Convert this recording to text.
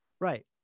Right